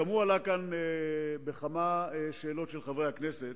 גם הוא עלה כאן בכמה שאלות של חברי הכנסת.